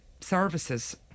services